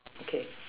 okay